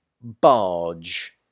barge